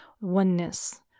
oneness